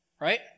right